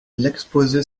l’exposé